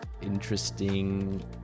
interesting